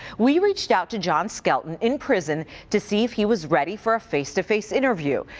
we reached out to john skelton in prison to see if he was ready for a face-to-face interview.